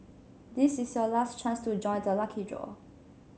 this is your last chance to join the lucky draw